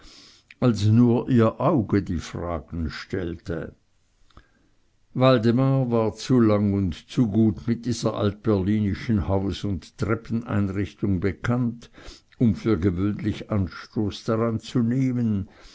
als nur ihr auge die fragen stellte waldemar war zu lang und zu gut mit dieser altberlinischen haus und treppeneinrichtung bekannt um für gewöhnlich anstoß daran zu nehmen